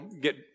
get